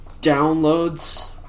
downloads